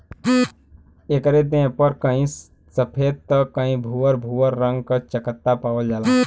एकरे देह पे कहीं सफ़ेद त कहीं भूअर भूअर रंग क चकत्ता पावल जाला